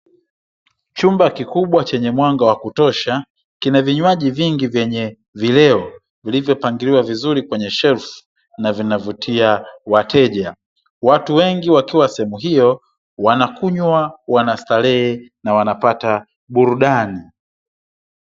Chumba kikubwa chenye mwanga wa kutosha, chenye vinywaji vingi yenye vileo vilivyo pangiliwa vizuri kwenye sherfu, na vinavutia wateja. Watu wengi wakiwa sehemu hiyo, wanakunywa, wanastarehe na wanapata burudani.